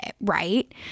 Right